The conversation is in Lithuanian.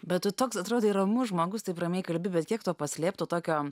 bet tu toks atrodai ramus žmogus taip ramiai kalbi bet kiek to paslėpto tokio